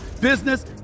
business